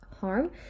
harm